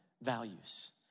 values